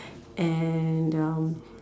and um